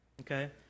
okay